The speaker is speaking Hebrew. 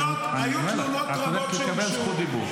אני עונה לך, את הולכת לקבל זכות דיבור.